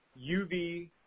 UV